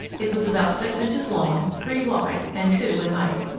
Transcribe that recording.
it was about six inches long, three wide, and two in height.